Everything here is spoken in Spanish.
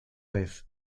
vez